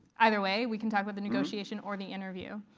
either way, we can talk about the negotiation or the interview.